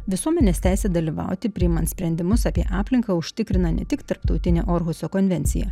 visuomenės teisė dalyvauti priimant sprendimus apie aplinką užtikrina ne tik tarptautinio korpuso konvencija